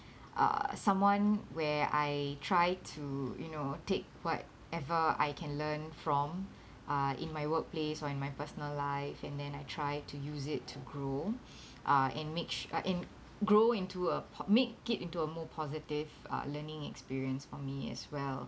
uh someone where I try to you know take whatever I can learn from uh in my workplace or in my personal life and then I try to use it to grow uh and make s~ uh and grow into a po~ make it into a more positive uh learning experience for me as well